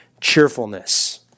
cheerfulness